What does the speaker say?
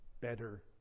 better